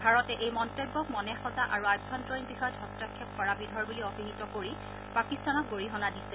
ভাৰতে এই মন্তব্যক মনেসজা আৰু অভ্যন্তৰিণ বিষয়ত হস্তক্ষেপ কৰা বিধৰ বুলি অভিহিত কৰি পাকিস্তানক গৰিহণা দিছে